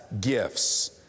gifts